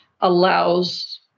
allows